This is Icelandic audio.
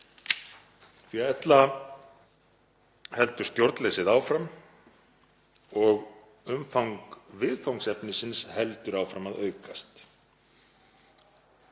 neyð? Ella heldur stjórnleysið áfram og umfang viðfangsefnisins heldur áfram að aukast.